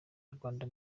rwanda